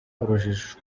urujijo